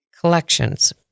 collections